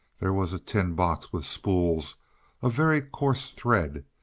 there was a tin box with spools of very coarse thread,